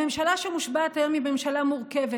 הממשלה שמושבעת היום היא ממשלה מורכבת,